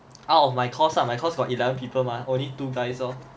out of my course lah my course got eleven people mah only two guys lor